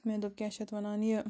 مےٚ دوٛپ کیٛاہ چھِ اتھ وَنان یہِ